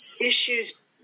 issues